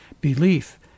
Belief